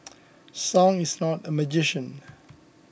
song is not a magician